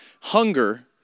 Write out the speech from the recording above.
hunger